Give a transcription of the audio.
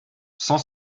cent